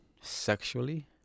sexually